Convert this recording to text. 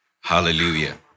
Hallelujah